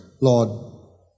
Lord